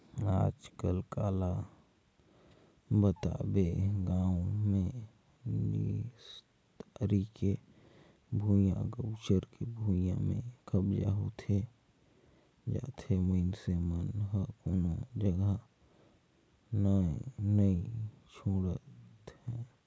आजकल काला बताबे गाँव मे निस्तारी के भुइयां, गउचर के भुइयां में कब्जा होत जाथे मइनसे मन ह कोनो जघा न नइ छोड़त हे